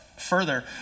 Further